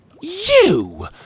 You